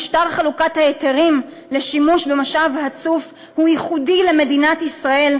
משטר חלוקת ההיתרים לשימוש במשאב הצוף הוא ייחודי למדינת ישראל,